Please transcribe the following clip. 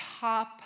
top